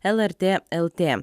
lrt lt